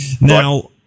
Now